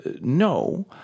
no